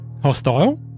hostile